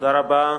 תודה רבה.